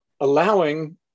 allowing